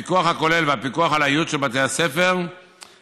הפיקוח הכולל והפיקוח על הייעוץ של בתי הספר ועל